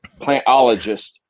plantologist